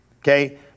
okay